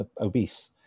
Obese